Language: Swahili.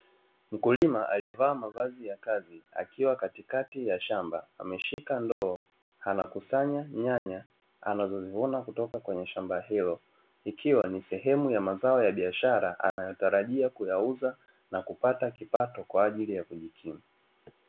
Mkulima aliyevaa mavazi ya kazi akiwa katikati ya shamba, ameshika ndoo anakusanya nyanya anazozivuna kutoka kwenye shamba hilo, ikiwa ni sehemu ya mazao ya biashara anayotarajia kuyauza na kupata kipato kwa ajili ya kujikumu.